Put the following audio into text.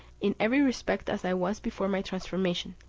in every respect as i was before my transformation,